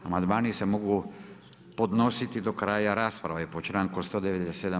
Amandmani se mogu podnositi do kraja rasprave po članku 197.